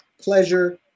Pleasure